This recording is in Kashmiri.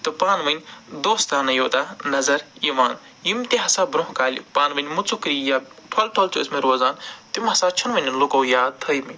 تہٕ پانہٕ ؤنۍ دوستانَے یوتاہ نظر یِوان یِم تہِ ہَسا برٛونٛہہ کالہِ پانہٕ ؤنۍ مُژُکری یا ٹھۄل ٹھۄل چھِ ٲسۍمٕتۍ روزان تِم ہَسا چھِنہٕ وۄنۍ لُکو یاد تھٲیمٕتۍ